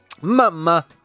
Mama